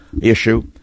issue